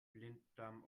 blinddarm